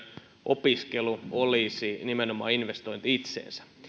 opiskelu on nimenomaan investointi itseen